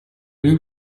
who